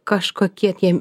kažkokie tie